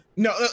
No